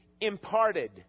imparted